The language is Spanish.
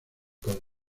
con